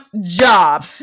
job